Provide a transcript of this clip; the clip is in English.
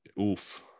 Oof